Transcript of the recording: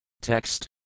Text